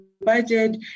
budget